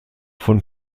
von